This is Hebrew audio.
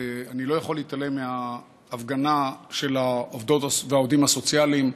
ואני לא יכול להתעלם מההפגנה של העובדות והעובדים הסוציאליים,